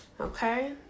okay